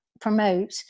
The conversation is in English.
promote